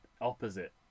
opposite